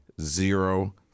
zero